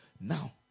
Now